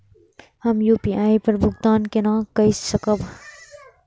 हम यू.पी.आई पर भुगतान केना कई सकब?